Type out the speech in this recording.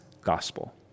gospel